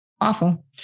awful